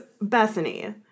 Bethany